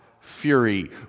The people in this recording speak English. fury